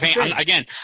Again